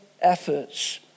efforts